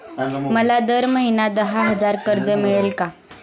मला दर महिना दहा हजार कर्ज मिळेल का?